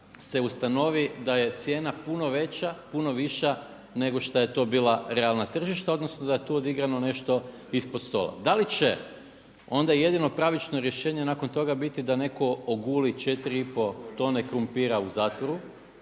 se ustanovi da je cijena puno veća, puno viša nego šta je to bila realna tržišna, odnosno da je tu odigrano nešto ispod stola. Da li će onda jedino pravično rješenje nakon toga biti da netko oguli četiri i pol tone krumpira u zatvoru